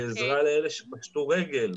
לעזרה לאלה שפשטו רגל.